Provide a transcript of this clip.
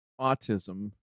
autism